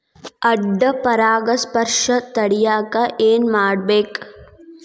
ಅಡ್ಡ ಪರಾಗಸ್ಪರ್ಶ ತಡ್ಯಾಕ ಏನ್ ಮಾಡ್ಬೇಕ್?